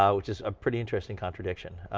um which is a pretty interesting contradiction.